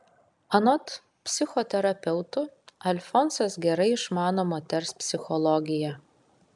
anot psichoterapeutų alfonsas gerai išmano moters psichologiją